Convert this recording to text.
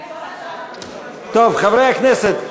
טוב, חברי הכנסת,